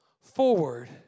Forward